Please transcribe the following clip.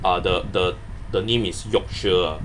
uh the the the name is yorkshire uh